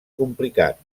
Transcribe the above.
complicat